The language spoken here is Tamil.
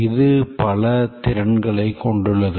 இது பல திறன்களைக் கொண்டுள்ளது